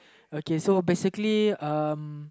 okay so basically uh